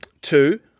Two